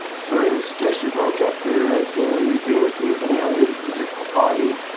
sorry mr. keshe, you broke up there, at we do it with another physical body.